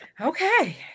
Okay